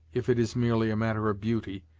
if it is merely a matter of beauty,